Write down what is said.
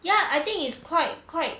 ya I think it's quite quite